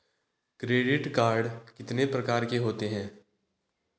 Credit card कितने प्रकार के होते हैं?